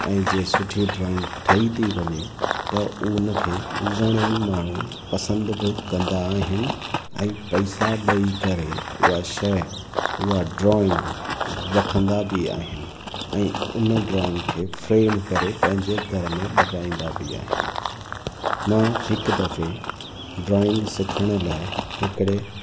ऐं जो सुठी ड्रॉईंग ठहीं थी वञे त हुनखे घणेई माण्हू पसंदि बि कंदा आहिनि ऐं पैसा ॾेई करे उहा शइ उहा ड्रॉईंग वठंदा बि आहिनि ऐं हुन ड्रॉईंग खे फ़्रेम करे पंहिंजे घर में लॻाईंदा बि आहिनि मां हिकु दफ़े ड्रॉईंग सिखण लाइ हिकिड़े